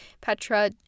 Petra